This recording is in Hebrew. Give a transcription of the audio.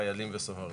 חיילים וסוהרים.